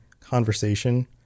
conversation